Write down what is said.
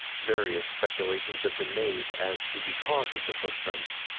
various speculations have been made as to the cause of the footprints.